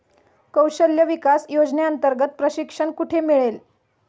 कौशल्य विकास योजनेअंतर्गत प्रशिक्षण कुठे मिळेल?